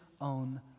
own